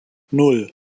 nan